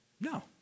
No